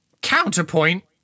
Counterpoint